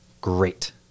Great